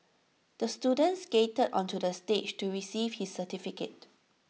the student skated onto the stage to receive his certificate